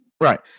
Right